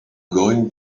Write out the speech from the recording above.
going